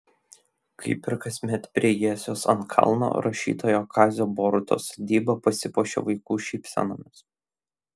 kaip ir kasmet prie jiesios ant kalno rašytojo kazio borutos sodyba pasipuošė vaikų šypsenomis